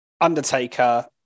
Undertaker